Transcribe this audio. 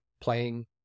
playing